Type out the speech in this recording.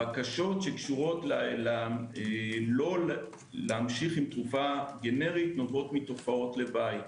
הבקשות שקשורות לא להמשיך עם תרופה גנרית נובעות מתופעות לוואי.